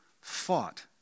fought